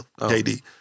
KD